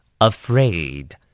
Afraid